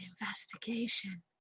investigation